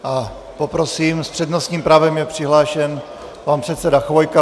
A poprosím, s přednostním právem je přihlášen pan předseda Chvojka.